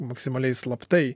maksimaliai slaptai